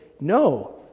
no